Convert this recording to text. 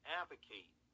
advocate